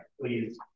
please